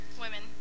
women